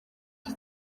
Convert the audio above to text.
iri